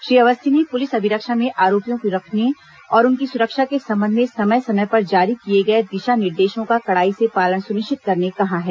श्री अवस्थी ने पुलिस अभिरक्षा में आरोपियों को रखने और उनकी सुरक्षा के संबंध में समय समय पर जारी किए गए दिशा निर्देशों का कड़ाई से पालन सुनिश्चित करने कहा है